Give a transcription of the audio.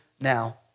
now